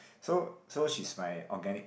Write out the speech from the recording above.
so so she's my organic